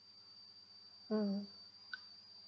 mm